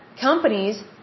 Companies